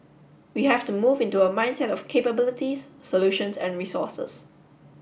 we have to move into a mindset of capabilities solutions and resources